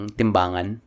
timbangan